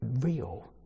real